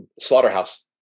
slaughterhouse